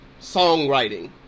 songwriting